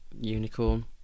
unicorn